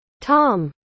Tom